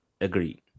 Agreed